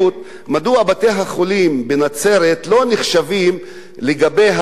מדוע בתי-החולים בנצרת לא נחשבים לגבי הרופאים,